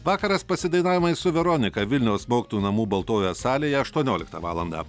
vakaras pasidainavimais su veronika vilniaus mokytojų namų baltojoje salėje aštuonioliktą valandą